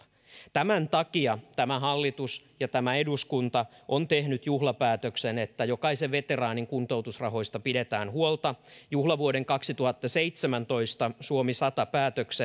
tämän takia tämä hallitus ja tämä eduskunta on tehnyt juhlapäätöksen että jokaisen veteraanin kuntoutusrahoista pidetään huolta osana sitä juhlavuoden kaksituhattaseitsemäntoista suomi sata päätöstä